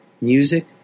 Music